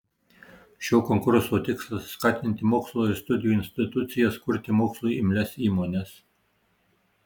šio konkurso tikslas skatinti mokslo ir studijų institucijas kurti mokslui imlias įmones